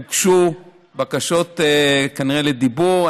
הוגשו כנראה בקשות לדיבור,